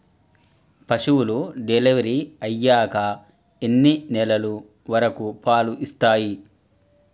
పశువులు డెలివరీ అయ్యాక ఎన్ని నెలల వరకు పాలు ఇస్తాయి?